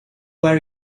wear